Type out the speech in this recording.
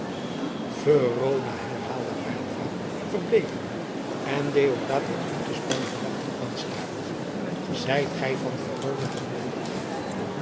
verona herhaalde aylva verbleekende en deodaat met ingespannen verwachting aanstarende zijt gij van verona geboortig